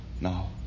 now